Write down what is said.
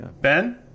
Ben